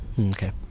okay